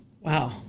Wow